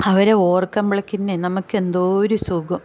അവരെ ഓർക്കുമ്പോളേക്ക് തന്നെ നമുക്ക് എന്തോ ഒരു സുഖം